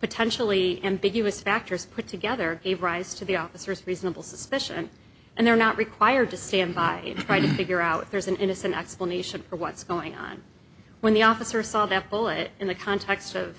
potentially ambiguous factors put together a rise to the officer's reasonable suspicion and they're not required to stand by if there's an innocent explanation for what's going on when the officer saw the bullet in the context of